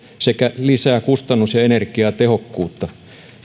sekä lisää kustannus ja energiatehokkuutta